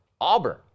Auburn